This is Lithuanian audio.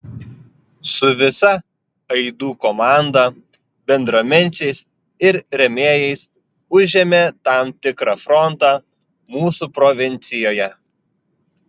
su visa aidų komanda bendraminčiais ir rėmėjais užėmė tam tikrą frontą mūsų provincijoje